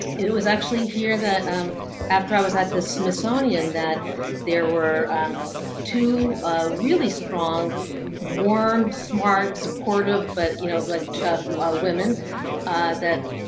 it was actually here that um after i was at the smithsonian that there were two really strong warm, smart, supportive but you know like women that